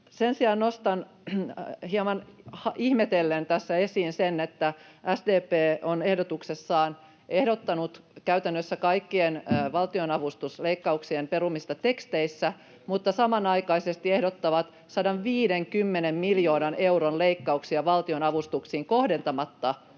Sen sijaan nostan hieman ihmetellen tässä esiin sen, että SDP on ehdotuksessaan ehdottanut käytännössä kaikkien valtionavustusleikkauksien perumista teksteissä, mutta samanaikaisesti ehdottavat 150 miljoonan euron leikkauksia valtionavustuksiin kohdentamatta